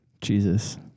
Jesus